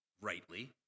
rightly